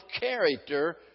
character